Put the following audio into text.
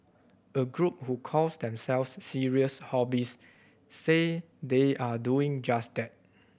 a group who calls themselves serious hobbyists say they are doing just that